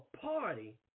party